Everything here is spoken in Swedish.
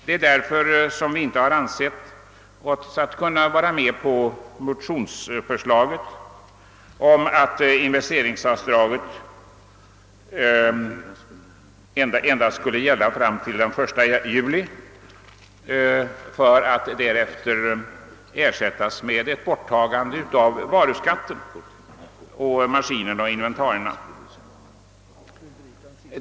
Det är därför som vi inte ansett oss kunna vara med på förslaget att investeringsavdraget skulle gälla endast fram till den 1 juli för att därefter ersättas med ett borttagande av varuskatten på maskiner och inventarier.